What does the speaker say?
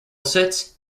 sits